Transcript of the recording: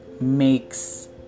makes